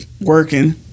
Working